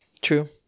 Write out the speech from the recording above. True